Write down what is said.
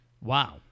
Wow